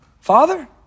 Father